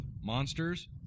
monsters